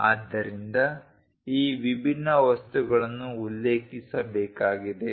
ಆದ್ದರಿಂದ ಈ ವಿಭಿನ್ನ ವಸ್ತುಗಳನ್ನು ಉಲ್ಲೇಖಿಸಬೇಕಾಗಿದೆ